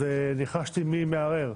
אז ניחשתי מי מערער.